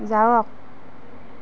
যাৱক